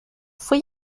fue